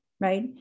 right